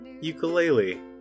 ukulele